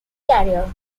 career